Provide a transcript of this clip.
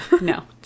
no